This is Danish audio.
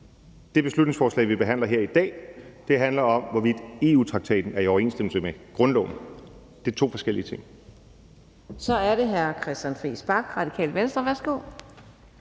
Det beslutningsforslag, vi behandler her i dag, handler om, hvorvidt EU-traktaten er i overensstemmelse med grundloven. Det er to forskellige ting. Kl. 15:48 Fjerde næstformand (Karina Adsbøl): Så er det hr.